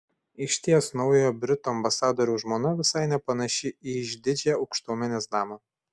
išties naujojo britų ambasadoriaus žmona visai nepanaši į išdidžią aukštuomenės damą